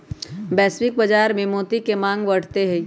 वैश्विक बाजार में मोती के मांग बढ़ते हई